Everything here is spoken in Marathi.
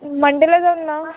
मंडेला जाऊ ना